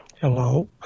Hello